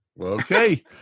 Okay